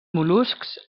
mol·luscs